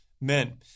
men